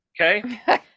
okay